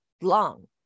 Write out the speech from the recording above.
long